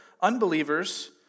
Unbelievers